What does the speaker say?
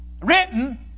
written